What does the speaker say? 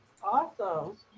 awesome